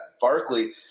Barkley